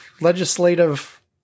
legislative